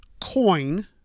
coin